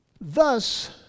Thus